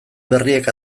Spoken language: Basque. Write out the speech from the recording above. berriek